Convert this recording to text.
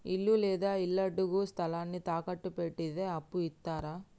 ఇల్లు లేదా ఇళ్లడుగు స్థలాన్ని తాకట్టు పెడితే అప్పు ఇత్తరా?